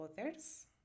others